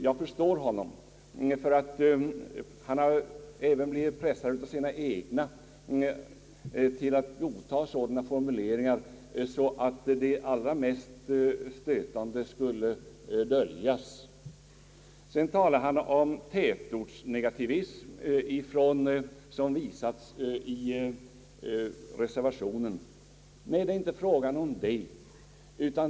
Jag förstår honom, då han även blivit pressad av sina egna till att godta sådana formuleringar att det allra mest stötande skulle döljas. Herr Palm talar om den »tätortsnegativism« som visas i reservationen. Nej, det är inte fråga om någon sådan negativism!